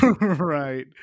right